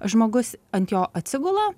žmogus ant jo atsigula